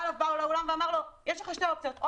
בא אליו בעל האולם ואמר לו: יש לך שתי אופציות או